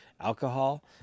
alcohol